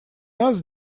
нас